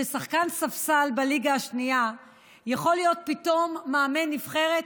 ששחקן ספסל בליגה השנייה יכול להיות פתאום מאמן נבחרת?